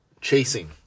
chasing